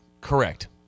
Correct